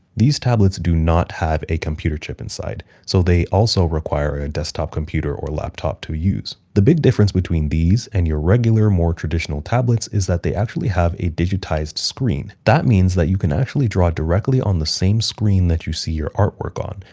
these tablets do not have a computer chip inside, so they also require a desktop computer or laptop to use. the big difference between these and your regular, more traditional tablets is that they actually have a digitized screen. that means that you can actually draw directly on the same screen that you see your artwork on,